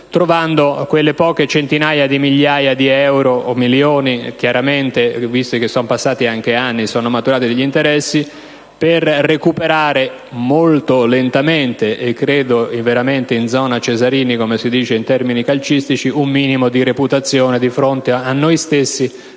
trovando quelle poche centinaia di migliaia di euro (o milioni, visto che sono passati anni e sono maturati degli interessi) per recuperare, molto lentamente e veramente in «zona Cesarini», come si dice in gergo calcistico, un minimo di reputazione di fronte a noi stessi